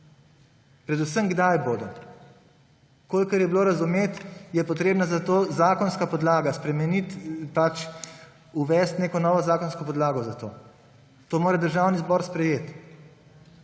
Predvsem, kdaj bodo. Kolikor je bilo razumeti, je potrebna za to zakonska podlaga; spremeniti, uvesti neko novo zakonsko podlago za to. To mora Državni zbor sprejeti.